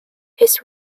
his